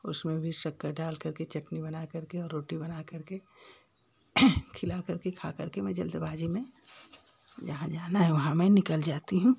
उसमें भी शक्कर डाल कर के चटनी बना कर के और रोटी बनाकर के खिलाकर के खाकर के मैं जल्दबाजी में जहाँ जाना है वहाँ मैं निकल जाती हूँ